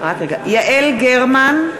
גרמן,